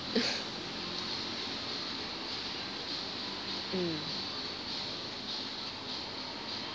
mm